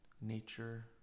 Nature